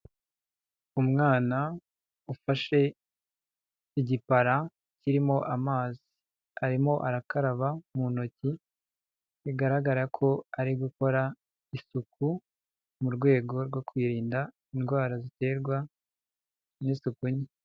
Umwana ufashe igipara kirimo amazi, arimo arakaraba mu ntoki, bigaragara ko ari gukora isuku mu rwego rwo kwirinda indwara ziterwa n'isuku nke.